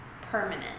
permanent